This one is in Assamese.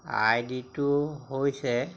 আই ডিটো হৈছে